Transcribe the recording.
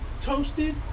toasted